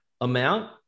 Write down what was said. amount